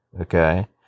Okay